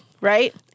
right